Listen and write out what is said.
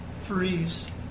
Freeze